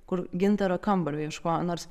kur gintaro kambario ieškojo nors